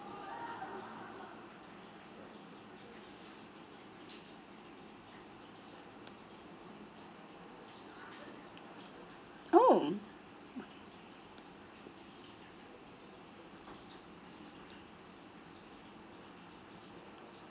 oh